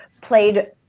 played